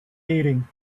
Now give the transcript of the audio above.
eating